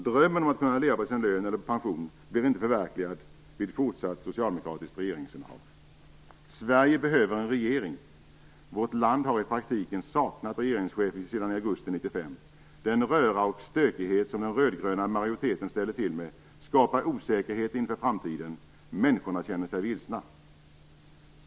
Drömmen om att kunna leva på sin lön eller pension blir inte förverkligad vid fortsatt socialdemokratiskt regeringsinnehav. Sverige behöver en regering. Vårt land har i praktiken saknat regeringschef sedan i augusti 1995. Den röra och stökighet som den röd-gröna majoriteten ställer till med skapar osäkerhet inför framtiden. Människorna känner sig vilsna.